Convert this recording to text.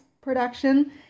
production